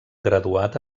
graduat